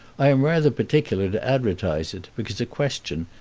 i am rather particular to advertise it because a question,